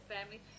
family